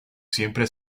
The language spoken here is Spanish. siempre